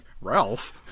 Ralph